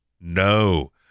No